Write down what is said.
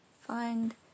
find